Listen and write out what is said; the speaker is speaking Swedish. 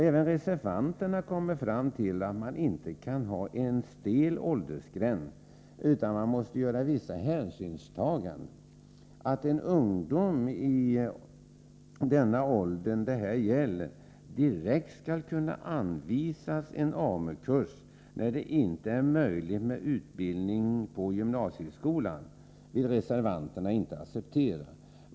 Även reservanterna kommer fram till att man inte kan ha en stel åldersgräns utan måste göra vissa hänsynstaganden. Att en ungdom i den ålder det här gäller direkt skall kunna anvisas en AMU-kurs, när det inte är möjligt med utbildning på gymnasieskolan, vill reservanterna dock inte acceptera.